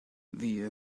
wir